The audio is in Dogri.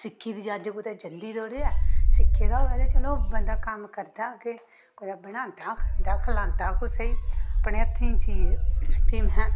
सिक्खी दी चज्ज कुतै जंदी थोह्डे़ ऐ सिक्खे दा होऐ ते चलो बंदा कम्म करदा अग्गें कुतै बनांदा खंदा बनांदा खंदा कुसै गी अपने हत्थें चीज रुटी मे आं